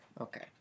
okay